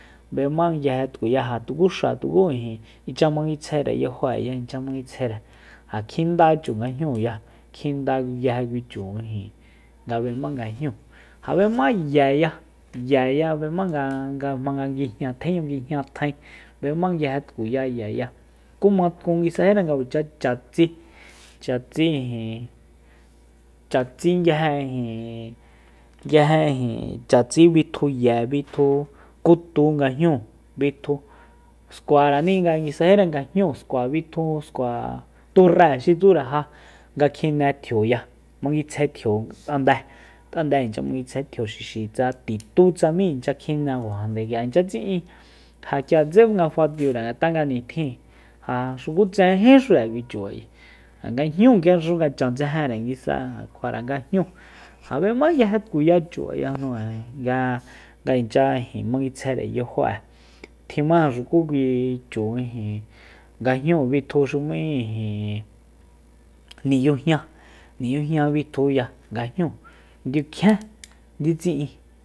B'ema nguije tkuya ja tuku xáa tuku ijin inchya manguitsjaere yajo'eya inchya manguitsjaere ja kjinda chu nga jñúuya kjinda nguije kui chu ijin nga b'emá nga jñúu ja b'ema ye ya ye ya b'emá nga jmanga nguijña tjéñu nguijña tjaen b'emá nguije tkuya ye ya ku ma tkun nguisajira nga cha tsí cha tsí ijin cha ts'i nguije ijin nguije ijin cha tsí bitju ye bitju kutú nga jñúu bitju skuarani nguisaji nga jñúu skua bitju turrée tsure ja nga kjine tjioya manguitsjae tjio t'ande t'ande inchya manguitsjae tjio xixi tsa titú tsamí inchya kjine kuajande k'ia inchya tsi'in ja k'iatse nga fa'atiure ngat'a nga nitjin ja xukutsejenjíxure kui chu ayi tanga jñú chan tsejenre nguisa kjua'era nga jñú ja b'ema nguije tkuya chu ayajnu nga inchya manguitsjaere yajo'e tjima xuku kui chu ijin nga jñúu bitju xi m'í ijin ni'yujña- ni'yujña bitjuya nga jñú ndiu kjien ndiutsi'in